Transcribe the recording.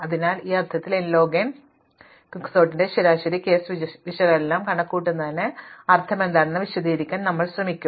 അതിനാൽ ഇത് യഥാർത്ഥത്തിൽ n ലോഗ് n ആണെന്ന് ഞങ്ങൾ കാണിക്കില്ല പക്ഷേ ക്വിക്സോർട്ടിന്റെ ശരാശരി കേസ് വിശകലനം കണക്കുകൂട്ടുന്നതിന്റെ അർത്ഥമെന്താണെന്ന് വിശദീകരിക്കാൻ ഞങ്ങൾ ശ്രമിക്കും